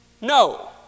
No